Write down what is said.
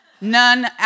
none